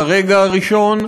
מהרגע הראשון.